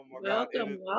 welcome